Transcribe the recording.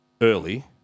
Early